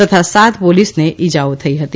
તથા સાત પોલીસને ઇજાઓ થઇ હતી